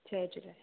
जय झूले